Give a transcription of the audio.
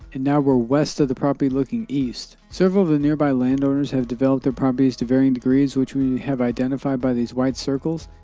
and now, we're west of the property looking east. several of the nearby land owners have developed their properties to varying degrees which we have identified by these white circles.